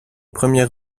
première